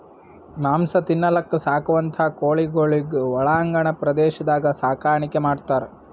ಮಾಂಸ ತಿನಲಕ್ಕ್ ಸಾಕುವಂಥಾ ಕೋಳಿಗೊಳಿಗ್ ಒಳಾಂಗಣ ಪ್ರದೇಶದಾಗ್ ಸಾಕಾಣಿಕೆ ಮಾಡ್ತಾರ್